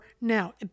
now